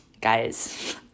guys